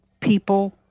people